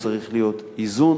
צריך להיות איזון.